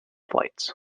flights